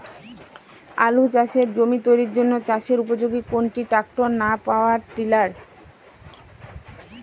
আলু চাষের জমি তৈরির জন্য চাষের উপযোগী কোনটি ট্রাক্টর না পাওয়ার টিলার?